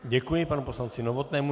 Děkuji panu poslanci Novotnému.